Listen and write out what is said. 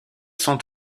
sont